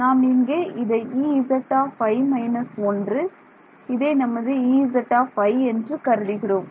நாம் இங்கே இதை Ezi − 1 இதை நமது Ez என்று கருதுகிறோம்